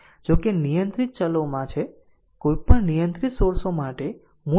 જો કે નિયંત્રિત ચલોમાં છે કોઈપણ નિયંત્રિત સોર્સો માટે મૂળ સર્કિટની અંદર હોવો આવશ્યક છે